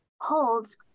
holds